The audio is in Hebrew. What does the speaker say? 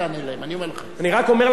נכנס חבר הכנסת נחמן שי,